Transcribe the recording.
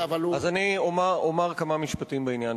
אז אני אומר כמה משפטים בעניין,